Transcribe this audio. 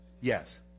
Yes